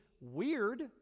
weird